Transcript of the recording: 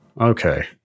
Okay